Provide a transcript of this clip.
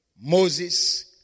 Moses